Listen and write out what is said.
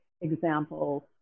Examples